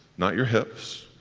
not your hips.